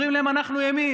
אומרים להם: אנחנו ימין,